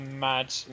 mad